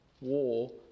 war